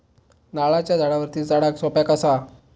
नारळाच्या झाडावरती चडाक सोप्या कसा?